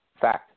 fact